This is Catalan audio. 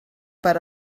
per